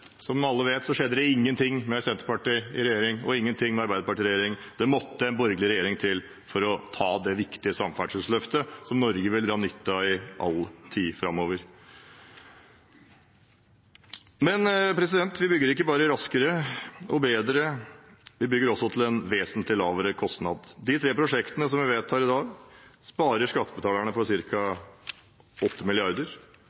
som alle vet, skjedde det ingenting med Senterpartiet i regjering og ingenting med Arbeiderpartiet i regjering. Det måtte en borgerlig regjering til for å ta det viktige samferdselsløftet som Norge vil dra nytte av i all tid framover. Vi bygger ikke bare raskere og bedre, vi bygger også til en vesentlig lavere kostnad. De tre prosjektene vi vedtar i dag, sparer skattebetalerne for